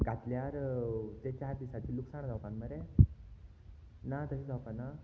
घातल्यार तें चार दिसांचे लुकसाण जावपान मरे ना तशें जावपा ना